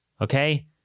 Okay